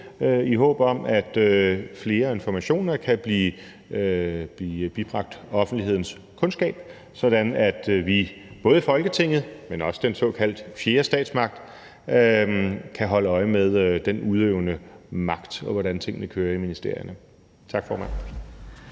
i håb om, at flere informationer kan blive bibragt offentlighedens kendskab, sådan at både vi i Folketinget, men også den såkaldte fjerde statsmagt kan holde øje med den udøvende magt, og hvordan tingene kører i ministerierne. Tak, formand.